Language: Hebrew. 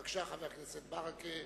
בבקשה, חבר הכנסת ברכה.